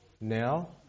now